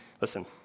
listen